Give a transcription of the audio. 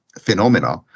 phenomena